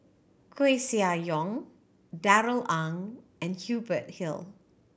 Koeh Sia Yong Darrell Ang and Hubert Hill